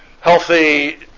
healthy